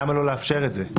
למה לא לאפשר את זה?